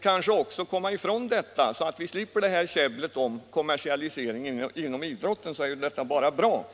kanske helt komma ifrån det, så att vi slipper det här käbblet om en kommersialisering av idrotten, är det i och för sig bara bra.